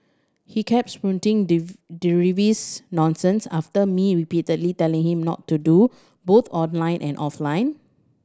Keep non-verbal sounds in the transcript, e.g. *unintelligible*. he kept *unintelligible* nonsense after me repeatedly telling him not to do both online and offline